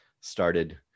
started